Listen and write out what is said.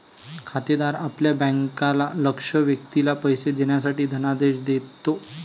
खातेदार आपल्या बँकेला लक्ष्य व्यक्तीला पैसे देण्यासाठी धनादेश देतो